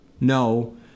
no